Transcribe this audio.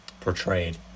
portrayed